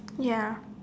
ya